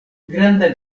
granda